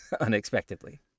unexpectedly